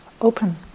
open